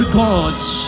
gods